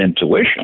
intuition